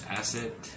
asset